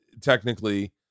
technically